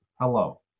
hello